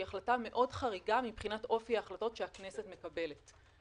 החלטה מאוד חריגה מבחינת אופי ההחלטות שהכנסת מקבלת.